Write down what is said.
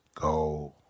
go